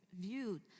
viewed